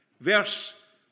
Verse